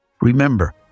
Remember